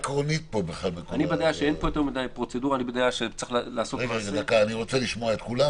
יעקב, אני רוצה לשיר את השיר: